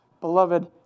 Beloved